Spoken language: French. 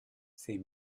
c’est